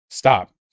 Stop